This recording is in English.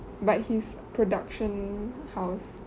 but his production house